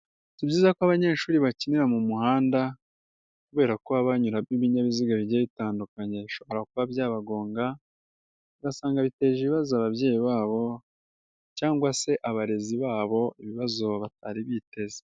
Si byiza ko abanyeshuri bakinira mu muhanda kubera ko haba hanyuramo ibinyabiziga bigiye bitandukanye bishobora kuba byabagonga. Ugasanga biteje ibibazo ababyeyi babo cyangwa se abarezi babo ibibazo batari biteze.